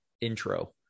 intro